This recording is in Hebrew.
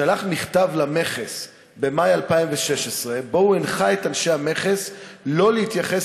שלח מכתב למכס במאי 2016 ובו הנחה את אנשי המכס לא להתייחס